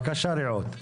בבקשה רעות.